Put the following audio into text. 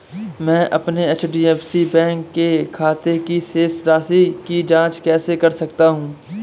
मैं अपने HDFC bank के खाते की शेष राशि की जाँच कैसे कर सकता हूँ?